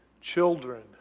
children